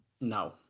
No